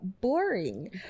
boring